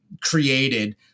created